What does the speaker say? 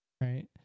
Right